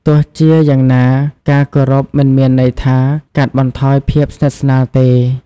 ទោះជាយ៉ាងណា ការគោរពមិនមានន័យថាកាត់បន្ថយភាពស្និទ្ធស្នាលទេ។